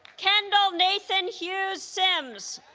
kendall nathan hughes simms